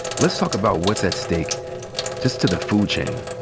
let's talk about what's at stake just to the food chain,